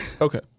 Okay